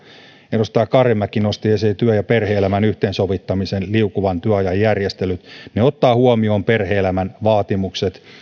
edustaja karimäki nosti esiin työ ja perhe elämän yhteensovittamisen liukuvan työajan järjestelyt ne ottavat huomioon perhe elämän vaatimukset